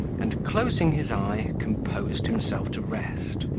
and closing his eye, composed himself to rest,